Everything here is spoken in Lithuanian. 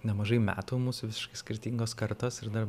nemažai metų mūsų visiškai skirtingos kartos ir dar